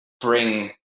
bring